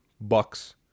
Bucks